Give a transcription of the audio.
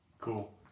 cool